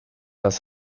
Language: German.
das